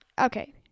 Okay